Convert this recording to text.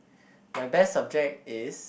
my best subject is